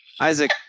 Isaac